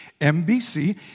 MBC